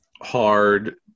hard